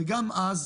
וגם אז,